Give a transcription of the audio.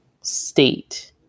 state